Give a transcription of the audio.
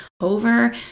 over